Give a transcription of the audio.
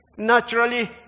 Naturally